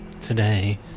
Today